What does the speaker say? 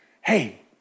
hey